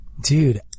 dude